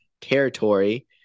territory